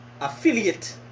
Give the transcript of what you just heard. affiliate